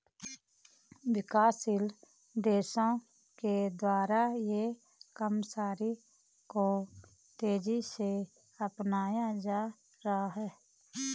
विकासशील देशों के द्वारा ई कॉमर्स को तेज़ी से अपनाया जा रहा है